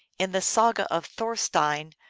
in the saga of thorstein,